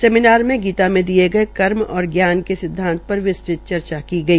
seminar मे गीता में दिये गये कर्म और ज्ञान के सिद्वांत पर विस्तृत चर्चा हई